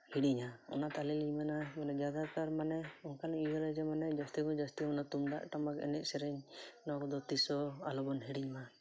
ᱦᱤᱲᱤᱧᱟ ᱚᱱᱟᱛᱮ ᱟᱹᱞᱤᱝ ᱞᱤᱝ ᱢᱮᱱᱟ ᱢᱟᱱᱮ ᱡᱟᱫᱟ ᱛᱟᱨ ᱢᱟᱱᱮ ᱚᱝᱠᱟᱱ ᱤᱭᱟᱹᱨᱮ ᱡᱮᱢᱚᱱ ᱡᱟᱹᱥᱛᱤ ᱠᱷᱚᱱ ᱡᱟᱹᱥᱛᱤ ᱛᱩᱢᱫᱟᱹᱜ ᱴᱟᱢᱟᱠ ᱮᱱᱮᱡ ᱥᱮᱨᱮᱧ ᱱᱚᱣᱟ ᱠᱚᱫᱚ ᱛᱤᱥ ᱦᱚᱸ ᱟᱞᱚᱵᱚᱱ ᱦᱤᱲᱤᱧ ᱢᱟ